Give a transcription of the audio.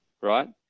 right